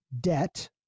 debt